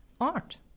art